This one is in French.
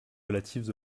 relatives